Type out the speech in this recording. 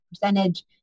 percentage